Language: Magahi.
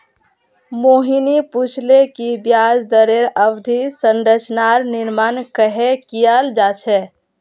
मोहिनी पूछले कि ब्याज दरेर अवधि संरचनार निर्माण कँहे कियाल जा छे